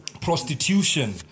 Prostitution